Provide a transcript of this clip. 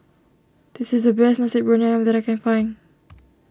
this is the best Nasi Briyani Ayam that I can find